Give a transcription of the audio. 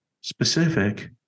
specific